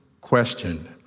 question